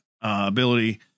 ability